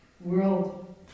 world